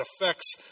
affects